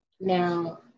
Now